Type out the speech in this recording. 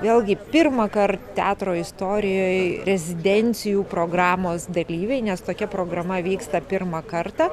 vėlgi pirmąkart teatro istorijoj rezidencijų programos dalyviai nes tokia programa vyksta pirmą kartą